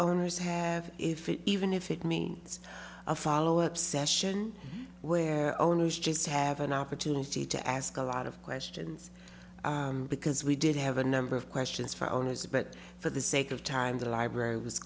owners have if it even if it means a follow up session where owners just have an opportunity to ask a lot of questions because we did have a number of questions for owners but for the sake of time the library was